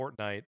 Fortnite